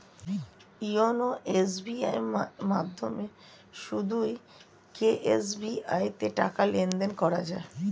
YONO SBI এর মাধ্যমে শুধুই কি এস.বি.আই তে টাকা লেনদেন করা যায়?